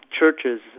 churches